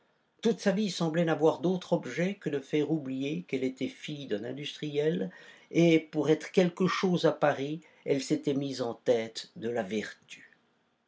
toute sa vie semblait n'avoir d'autre objet que de faire oublier qu'elle était fille d'un industriel et pour être quelque chose à paris elle s'était mise à la tête de la vertu